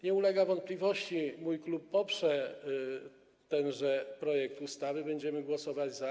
Nie ulega wątpliwości, że mój klub poprze tenże projekt ustawy, będziemy głosować za.